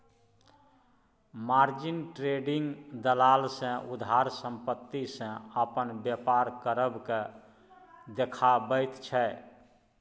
margin trading दलाल सँ उधार संपत्ति सँ अपन बेपार करब केँ देखाबैत छै